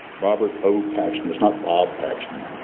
robert o. paxton, it's not bob paxton.